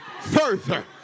further